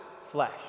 flesh